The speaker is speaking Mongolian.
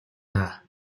даа